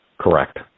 Correct